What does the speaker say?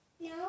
No